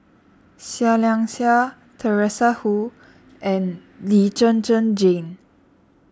Seah Liang Seah Teresa Hsu and Lee Zhen Zhen Jane